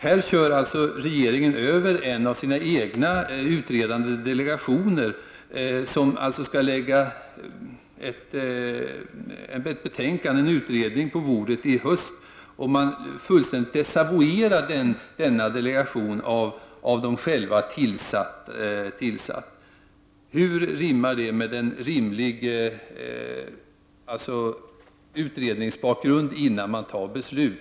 Här kör regeringen över en av sina egna utredande delegationer som skall lägga fram en utredning i höst. Regeringen fullständigt desavoue rar den delegation som regeringen själv har tillsatt. Hur rimmar detta med principen att man skall utreda, innan man fattar beslut?